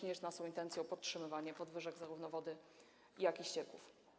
Nie jest naszą intencją podtrzymywanie podwyżek zarówno wody, jak i ścieków.